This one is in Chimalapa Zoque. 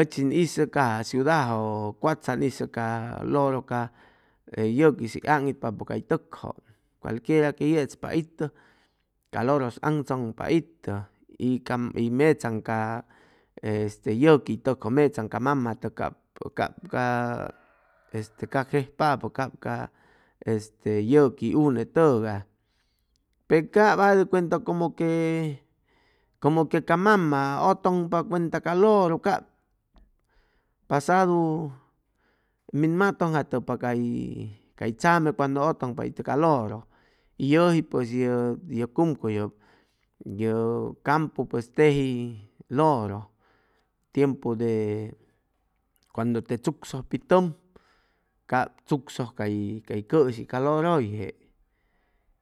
Ʉchi ʉn hizʉ caja ciudajʉ cuatza ʉn hizʉ ca loro ca yʉquis hʉy aŋitpapʉ cay tʉkjʉ cualquiera que yechpa itʉ ca loros aŋchʉŋpa itʉ y ca mechaaŋ ca este yʉqui tʉkjʉ mechaaŋ ca mama tʉg cap cap ca este cac jejpapʉ cap ca este yʉqui unetʉgay pe cap aj de cuanta como que como que ca mama ʉtʉŋpa cuanta ca loro cap pasadu min matʉnjatʉpa cay cay tzame cuando ʉtʉŋpa itʉ ca loro yʉji pues yʉ yʉ cumcuy yʉp yʉp campu pues teji loro tiempu de cuando te chucsʉj pi tʉm cap chucsʉj cay cay cʉshi ca loroyje